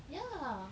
ya